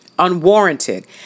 unwarranted